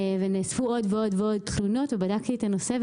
ונאספו עוד ועוד ועוד תלונות ובדקתי את הנושא,